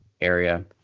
area